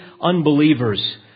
unbelievers